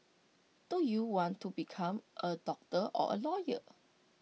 do you want to become A doctor or A lawyer